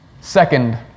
Second